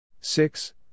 six